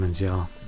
y'all